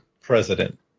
president